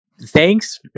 thanks